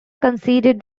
conceded